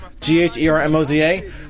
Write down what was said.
G-H-E-R-M-O-Z-A